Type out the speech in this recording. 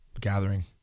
Gathering